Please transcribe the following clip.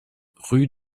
rue